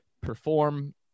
perform